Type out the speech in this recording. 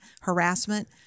harassment